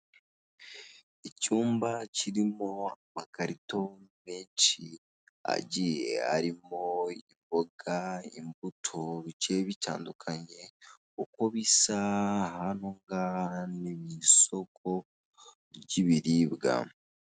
Icyumba kirimo amakarito menshi agiye arimo imboga imbuto bigiye bitandukanye uko bisa hano ngaha ni mu isoko ry'ibiribwa.